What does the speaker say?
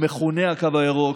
המכונה הקו הירוק,